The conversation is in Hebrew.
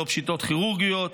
לא פשיטות כירורגיות,